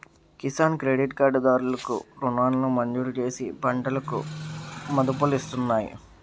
Kisan credit card దారులు కు రుణాలను మంజూరుచేసి పంటలకు మదుపులిస్తున్నాయి